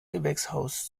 gewächshaus